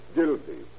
guilty